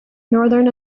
northern